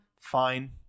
fine